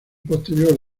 posterior